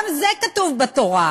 גם זה כתוב בתורה,